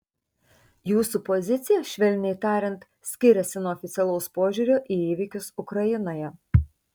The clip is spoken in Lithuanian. jūsų pozicija švelniai tariant skiriasi nuo oficialaus požiūrio į įvykius ukrainoje